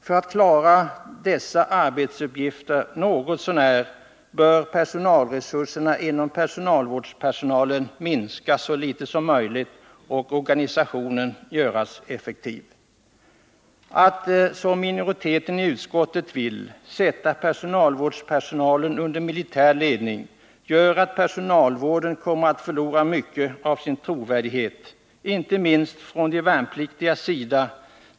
För att klara dessa arbetsuppgifter något så när, bör personalresurserna inom personalvården minskas så litet som möjligt och organisationen göras effektiv. Att som minoriteten i utskottet vill, sätta personalvårdspersonalen under militär ledning, gör att personalvården kommer att förlora mycket av sin trovärdighet, inte minst bland de värnpliktiga.